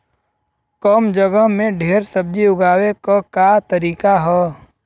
कम जगह में ढेर सब्जी उगावे क का तरीका ह?